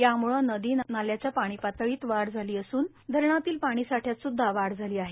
याम्ळे नदी नाल्याची पाणी पातळीत वाढ झाली असून धरणातील पाणी साठ्यात सुद्धा वाढ झाली आहे